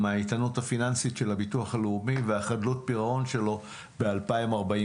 האיתנות הפיננסית של הביטוח הלאומי וחדלות הפירעון שלו ב-2044.